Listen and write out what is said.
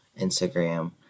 Instagram